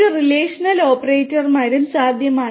ഒരു റിലേഷണൽ ഓപ്പറേറ്റർമാരും സാധ്യമാണ്